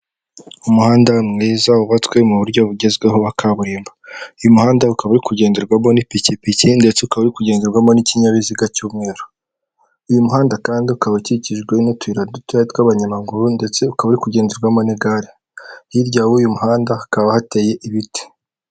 Umuhanda mwiza wubatswe mu buryo bugezweho wa kaburimbo. Uyu muhanda ukaba uri kugenderwamo n'ipikipiki ndetse ukaba uri kugenderwamo n'ikinyabiziga cy'umweru. Uyu muhanda kandi ukaba ukikijwe n'utuyira dutoya tw'abanyamaguru ndetse ukaba uri kugenderwamo n'igare, hirya y'uyu muhanda hakaba hateye ibiti.